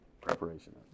preparation